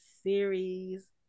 Series